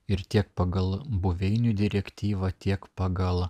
ir tiek pagal buveinių direktyvą tiek pagal